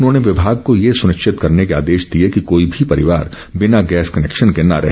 उन्होंने विभाग को ये सुनिश्चित करने के आदेश दिए कि कोई भी परिवार बिना गैस कनेक्शन न रहे